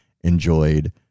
enjoyed